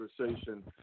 conversation